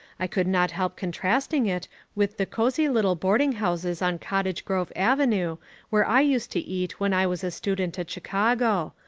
i could not help contrasting it with the cosy little boarding houses on cottage grove avenue where i used to eat when i was a student at chicago,